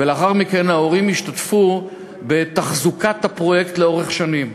ולאחר מכן ההורים ישתתפו בתחזוקת הפרויקט לאורך שנים.